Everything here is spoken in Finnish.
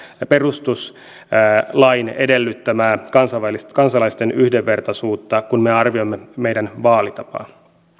perustuslain edellyttämää kansalaisten yhdenvertaisuutta kun me arvioimme meidän vaalitapaa